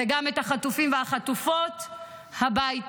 וגם את החזרת החטופים והחטופות הביתה.